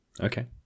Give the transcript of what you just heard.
Okay